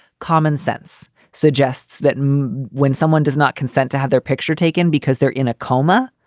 common sense suggests that when someone does not consent to have their picture taken because they're in a coma,